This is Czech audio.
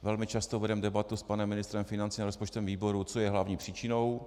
Velmi často vedeme debatu s panem ministrem financí na rozpočtovém výboru, co je hlavní příčinou.